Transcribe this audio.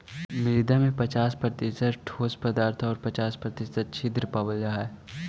मृदा में पच्चास प्रतिशत ठोस पदार्थ आउ पच्चास प्रतिशत छिद्र पावल जा हइ